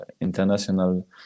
international